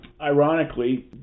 Ironically